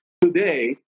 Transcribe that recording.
today